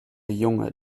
junge